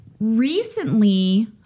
Recently